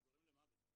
זה גורם למוות,